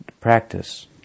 practice